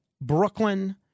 Brooklyn